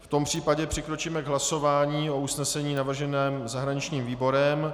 V tom případě přikročíme k hlasování o usnesení navrženém zahraničním výborem.